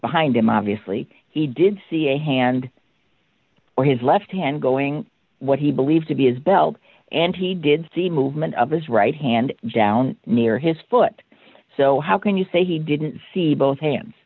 behind him obviously he did see a hand well his left hand going what he believed to be a belt and he did see movement of his right hand down near his foot so how can you say he didn't see both hands